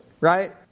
right